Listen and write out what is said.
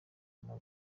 guma